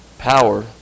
Power